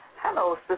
Hello